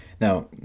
Now